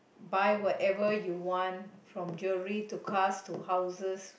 buy whatever you want from jewelry to cars to houses